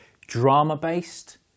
drama-based